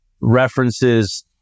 references